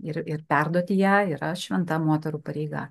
ir ir perduoti ją yra šventa moterų pareiga